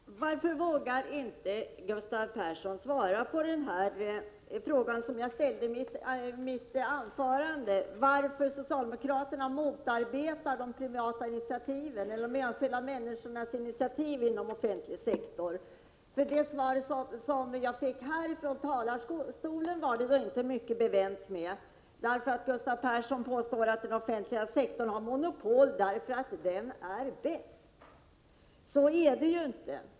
Fru talman! Varför vågar inte Gustav Persson svara på den fråga jag ställde i mitt anförande om varför socialdemokraterna motarbetar de enskilda människornas initiativ inom offentlig sektor? Det svar jag nu fick var det inte mycket bevänt med. Gustav Persson påstår att den offentliga sektorn har monopol därför att den är bäst. Så är det ju inte.